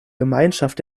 gemeinschaft